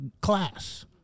class